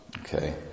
Okay